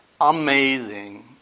amazing